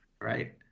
right